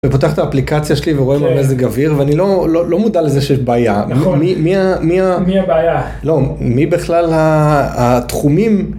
פותח את האפליקציה שלי ורואה מזג אוויר ואני לא לא לא מודע לזה שיש בעיה מי בכלל התחומים.